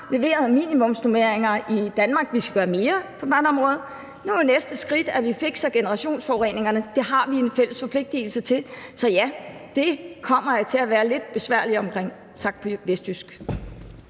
leveret minimumsnormeringer i Danmark. Vi skal gøre mere på børneområdet. Nu er næste skridt, at vi fikser generationsforureningerne. Det har vi en fælles forpligtelse til, så ja, det kommer jeg til at være lidt besværlig omkring, sagt på vestjysk.